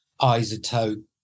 Isotope